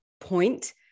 point